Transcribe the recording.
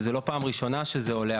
וזה לא פעם ראשונה שזה עולה,